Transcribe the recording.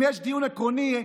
אם יש דיון עקרוני,